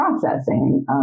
processing